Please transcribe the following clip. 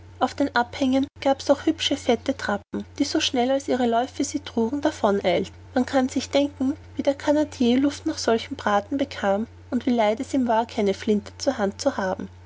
auf den abhängen gab's auch hübsche fette trappen die so schnell als ihre läufe sie trugen davon eilten man kann sich denken wie der canadier luft nach einem solchen braten bekam und wie leid es ihm war keine flinte zur hand zu haben